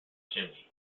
chimney